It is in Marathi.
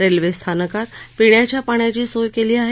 रेल्वे स्थानकात पिण्याच्या पाण्याची सोय केली आहे